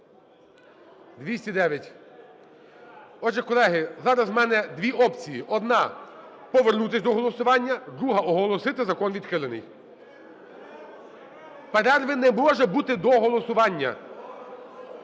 За-209 Отже, колеги, зараз у мене дві опції: одна – повернутись до голосування, друга – оголосити закон відхилений. Перерви не може бути до голосування.